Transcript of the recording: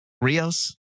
Rios